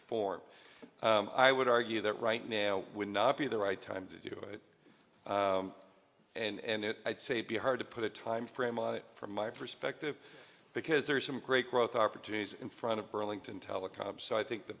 four i would argue that right now would not be the right time to do it and it i'd say be hard to put a timeframe on it from my perspective because there are some great growth opportunities in front of burlington telecom so i think the